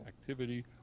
activity